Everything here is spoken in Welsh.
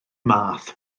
math